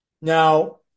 now